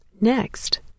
Next